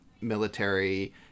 military